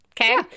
Okay